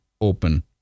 open